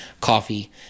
coffee